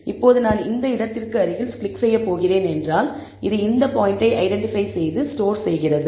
இப்போது நான் இந்த இடத்திற்கு அருகில் கிளிக் செய்யப் போகிறேன் என்றால் இது இந்த பாயிண்ட்டை ஐடென்டிபை செய்து ஸ்டோர் செய்கிறது